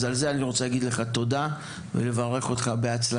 אז על זה אני רוצה להגיד לך תודה ולברך אותך בהצלחה,